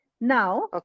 Now